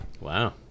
Wow